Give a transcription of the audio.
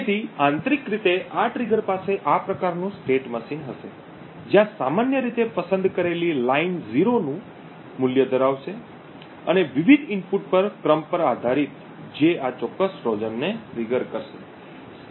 તેથી આંતરિક રીતે આ ટ્રિગર પાસે આ પ્રકારનું state મશીન હશે જ્યાં સામાન્ય રીતે પસંદ કરેલી લાઈન 0 નું મૂલ્ય ધરાવશે અને વિવિધ ઇનપુટ ક્રમ પર આધારિત જે આ ચોક્કસ ટ્રોજનને ટ્રિગર કરશે